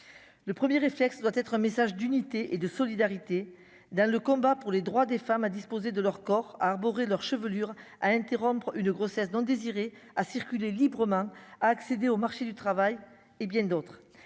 le 1er réflexe doit être un message d'unité et de solidarité dans le combat pour les droits des femmes à disposer de leur corps à arborer leur chevelure à interrompre une grossesse non désirée à circuler librement à accéder au marché du travail, et bien d'autres,